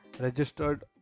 registered